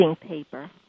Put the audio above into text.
paper